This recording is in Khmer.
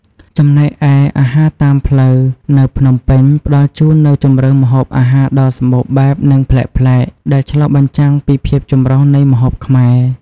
ចំណែកឯ អាហារតាមផ្លូវនៅភ្នំពេញ ផ្តល់ជូននូវជម្រើសម្ហូបអាហារដ៏សម្បូរបែប និងប្លែកៗ ដែលឆ្លុះបញ្ចាំងពីភាពចម្រុះនៃម្ហូបខ្មែរ។